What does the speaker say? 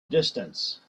distance